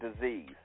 disease